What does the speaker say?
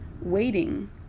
waiting